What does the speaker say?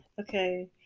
Okay